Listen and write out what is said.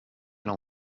non